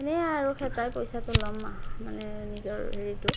এনেই আৰু পইচাটো ল'ম নিজৰ হেৰিটো